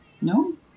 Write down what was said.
No